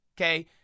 Okay